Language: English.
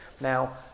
Now